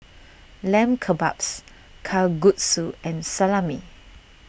Lamb Kebabs Kalguksu and Salami